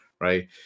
right